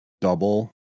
double